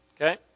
okay